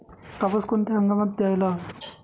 कापूस कोणत्या हंगामात घ्यायला हवा?